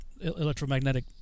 electromagnetic